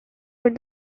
what